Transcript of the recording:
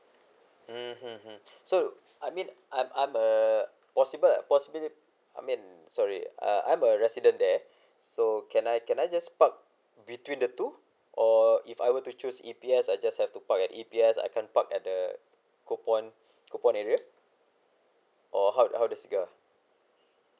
mm mm mm so I mean I'm I'm a possible possibility I mean sorry I'm a resident there so can I can I just park between the two or if I were to choose E_P_S I just have to park at E_P_S I can't park at the coupon coupon area or how how does it go